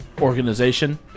organization